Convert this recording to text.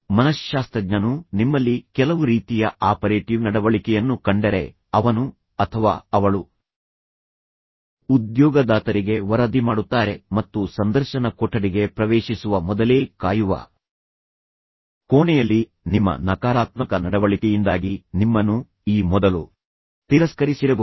ಮನಶ್ಶಾಸ್ತ್ರಜ್ಞನು ನಿಮ್ಮಲ್ಲಿ ಕೆಲವು ರೀತಿಯ ಆಪರೇಟಿವ್ ನಡವಳಿಕೆಯನ್ನು ಕಂಡರೆ ಅವನು ಅಥವಾ ಅವಳು ಉದ್ಯೋಗದಾತರಿಗೆ ವರದಿ ಮಾಡುತ್ತಾರೆ ಮತ್ತು ಸಂದರ್ಶನ ಕೊಠಡಿಗೆ ಪ್ರವೇಶಿಸುವ ಮೊದಲೇ ಕಾಯುವ ಕೋಣೆಯಲ್ಲಿ ನಿಮ್ಮ ನಕಾರಾತ್ಮಕ ನಡವಳಿಕೆಯಿಂದಾಗಿ ನಿಮ್ಮನ್ನು ಈ ಮೊದಲು ತಿರಸ್ಕರಿಸಿರಬಹುದು